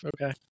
Okay